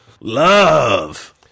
Love